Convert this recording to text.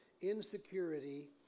insecurity